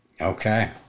Okay